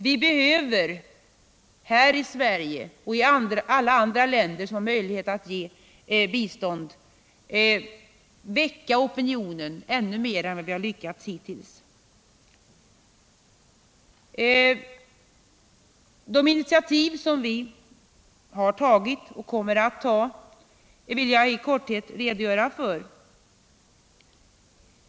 Vi behöver här i Sverige och i alla andra länder, som har möjlighet att ge bistånd, väcka opinionen ännu mer än vi lyckats göra hittills. De initiativ som vi har tagit och kommer att ta vill jag i korthet redogöra för.